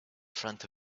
front